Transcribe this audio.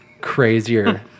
crazier